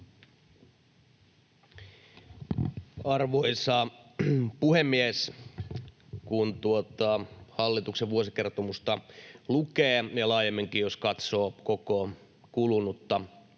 Arvoisa puhemies! Kun tuota hallituksen vuosikertomusta lukee — ja laajemminkin, jos katsoo koko kulunutta